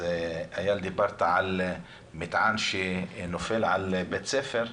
אז איל, דיברת על מטען שנופל על בית ספר כדוגמה,